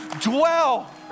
Dwell